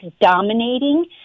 dominating